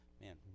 man